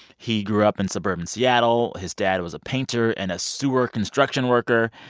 he grew up in suburban seattle. his dad was a painter and a sewer construction worker.